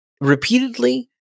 repeatedly